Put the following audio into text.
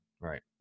Right